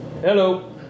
hello